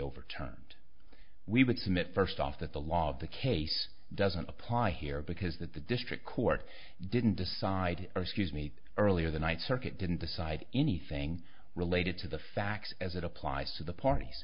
overturned we would submit first off that the law of the case doesn't apply here because that the district court didn't decide our scuse me earlier the night circuit didn't decide anything related to the facts as it applies to the parties